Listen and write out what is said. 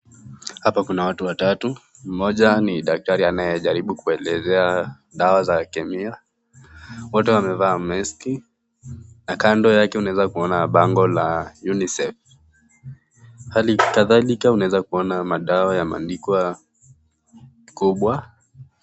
hapa kuna watu watatu, moja ni dakitari anaye anajaribu kuwaelezea dawa ya kemiya wote wamevaa meski na kando yake unaweza kuona bango la unisex kadhalika unaeza kuona madawa ya madikwa kubwa.